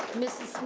mrs.